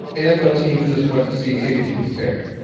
nfl teams just want to see, hey, did you prepare?